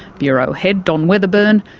bureau head, don weatherburn,